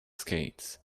skates